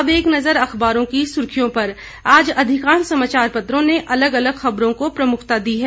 अब एक नज़र अखबारों की सुर्खियों पर आज अधिकांश समाचार पत्रों ने अलग अलग खबरों को प्रमुखता दी है